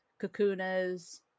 cocooners